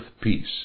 peace